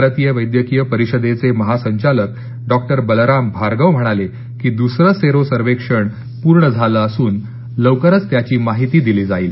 भारतीय वैद्यकीय परिषदेचे महासंचालक डॉक्टर बलराम भार्गव म्हणाले की दुसरं सेरो सर्वेक्षण पूर्ण झालं असून लवकरच त्याची माहिती दिली जाईल